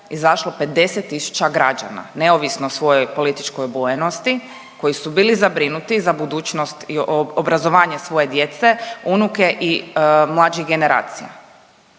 izašlo 50000 građana neovisno o svojoj političkoj obojenosti koji su bili zabrinuti za budućnost i obrazovanje svoje djece, unuke i mlađih generacija.